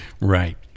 Right